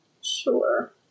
Sure